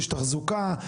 יש תחזוקה,